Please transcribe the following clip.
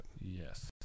yes